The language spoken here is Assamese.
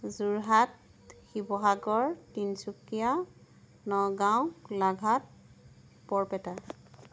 যোৰহাট শিৱসাগৰ তিনচুকীয়া নগাঁও গোলাঘাট বৰপেটা